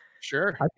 Sure